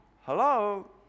Hello